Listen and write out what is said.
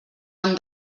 han